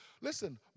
Listen